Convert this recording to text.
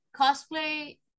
cosplay